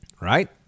Right